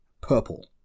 purple